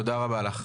דורית, תודה רבה לך.